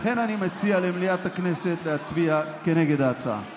לכן, אני מציע למליאת הכנסת להצביע נגד ההצעה.